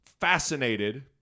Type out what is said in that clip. fascinated